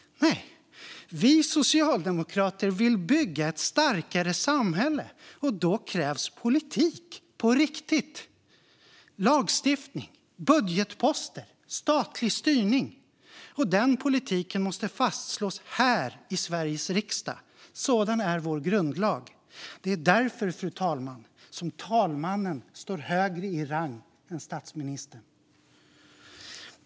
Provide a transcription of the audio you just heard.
Nej, vi socialdemokrater vill bygga ett starkare samhälle, och då krävs politik på riktigt - lagstiftning, budgetposter och statlig styrning. Och den politiken måste fastslås här i Sveriges riksdag. Sådan är vår grundlag. Det är därför, fru talman, som talmannen står högre i rang än statsministern.